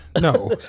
No